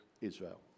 Israel